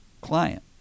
client